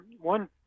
one